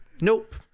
Nope